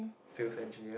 sales engineer